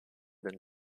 than